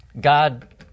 God